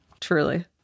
truly